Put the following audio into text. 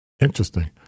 Interesting